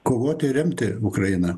kovot ir remti ukrainą